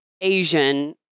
Asian